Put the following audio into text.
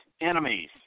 enemies